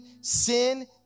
sin